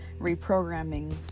reprogramming